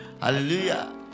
hallelujah